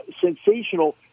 sensational